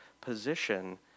position